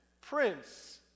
Prince